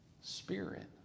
spirit